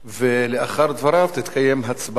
לאחר דבריו תתקיים הצבעה, כמובן,